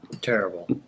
Terrible